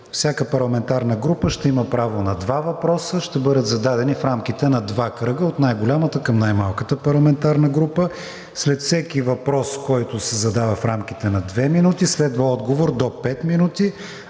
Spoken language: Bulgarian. Всяка парламентарна група ще има право на два въпроса. Ще бъдат зададени в рамките на два кръга – от най-голямата към най-малката парламентарна група. След всеки въпрос, който се задава в рамките на две минути, следва отговор до пет минути,